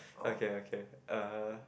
okay okay uh